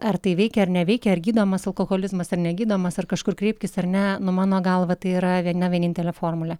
ar tai veikia ar neveikia ar gydomas alkoholizmas ar negydomas ar kažkur kreiptis ar ne nu mano galva tai yra viena vienintelė formulė